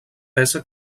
peça